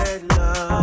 Love